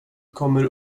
kommer